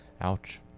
Ouch